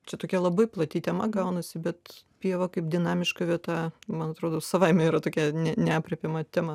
čia tokia labai plati tema gaunasi bet pieva kaip dinamiška vieta man atrodo savaime yra tokia neaprėpiama tema